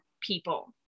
people